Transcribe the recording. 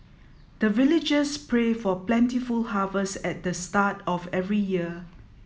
the villagers pray for plentiful harvest at the start of every year